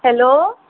hello